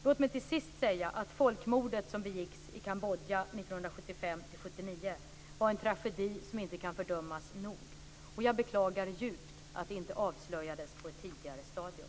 Låt mig till sist säga att folkmordet som begicks i Kambodja 1975-79 var en tragedi som inte kan fördömas nog. Jag beklagar djupt att det inte avslöjades på ett tidigare stadium.